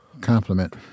compliment